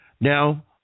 Now